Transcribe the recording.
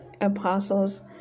apostles